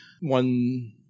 one